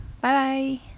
bye